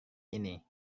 ini